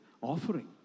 offering